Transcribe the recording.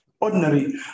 ordinary